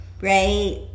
right